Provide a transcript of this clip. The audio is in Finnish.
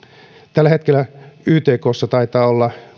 tällä hetkellä ytkssa taitaa olla